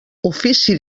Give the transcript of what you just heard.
ofici